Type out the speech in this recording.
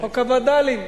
חוק הווד”לים.